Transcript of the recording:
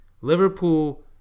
Liverpool